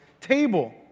table